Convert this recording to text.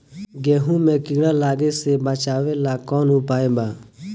गेहूँ मे कीड़ा लागे से बचावेला कौन उपाय बा?